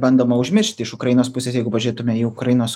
bandoma užmiršti iš ukrainos pusės jeigu pažiūrėtume į ukrainos